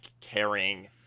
caring